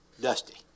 Dusty